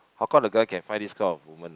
how come the guy can find this kind of woman